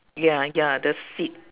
ya ya the seat